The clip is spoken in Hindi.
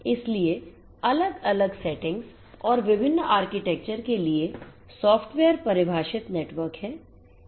इसलिए अलग अलग सेटिंग्स और विभिन्न आर्किटेक्चर के लिए सॉफ्टवेयर परिभाषित नेटवर्क हैं